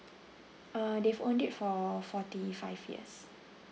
uh they've owned it for forty five years